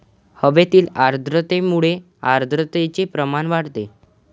हवेतील आर्द्रतेमुळे आर्द्रतेचे प्रमाण वाढते